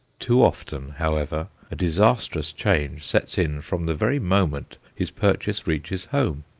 too often, however, a disastrous change sets in from the very moment his purchase reaches home.